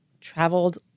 traveled